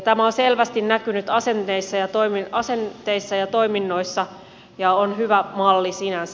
tämä on selvästi näkynyt asenteissa ja toiminnoissa ja on hyvä malli sinänsä